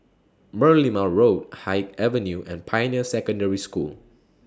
Merlimau Road Haig Avenue and Pioneer Secondary School